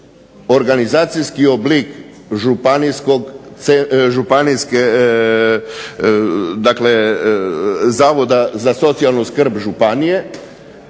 organizacijski oblik županijske, dakle zavoda za socijalnu skrb županije,